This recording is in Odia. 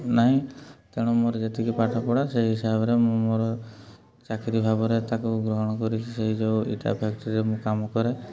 ନାହିଁ ତେଣୁ ମୋର ଯେତିକି ପାଠ ପଢ଼ା ସେଇ ହିସାବରେ ମୁଁ ମୋର ଚାକିରୀ ଭାବରେ ତା'କୁ ଗ୍ରହଣ କରିକି ସେଇ ଯୋଉ ଇଟା ଫ୍ୟାକ୍ଟ୍ରି ରେ ମୁଁ କାମ କରେ